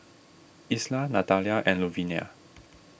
Isla Natalia and Luvinia